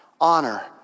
Honor